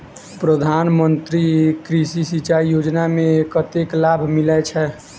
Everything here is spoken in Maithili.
प्रधान मंत्री कृषि सिंचाई योजना मे कतेक लाभ मिलय छै?